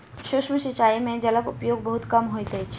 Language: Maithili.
सूक्ष्म सिचाई में जलक उपयोग बहुत कम होइत अछि